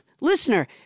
Listener